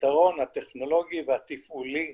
הפתרון הטכנולוגי והתפעולי